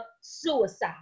suicide